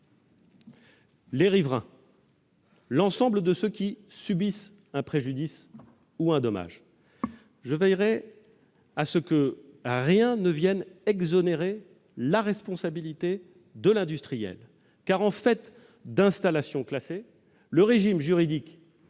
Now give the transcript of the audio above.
des riverains et de l'ensemble de ceux qui subissent un préjudice ou un dommage. Je veillerai à ce que rien ne vienne exonérer la responsabilité de l'industriel, car en matière d'installations classées, le régime juridique